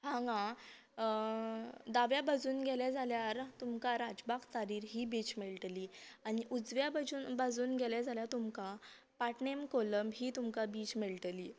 हांगा दाव्या बाजून गेले जाल्यार तुमकां राजबाग तारीर ही बीच मेळटली आनी उजव्या बाजून गेले जाल्या तुमकां पाटणेम कोलम ही तुमकां बीच मेळटली